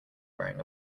wearing